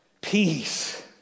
peace